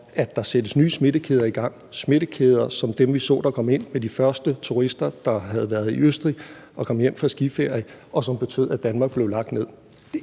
at der sættes nye smittekæder i gang, smittekæder som dem, vi så kom ind med de første turister, der havde været i Østrig og kom hjem fra skiferie, og som betød, at Danmark blev lagt ned.